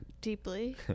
deeply